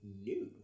New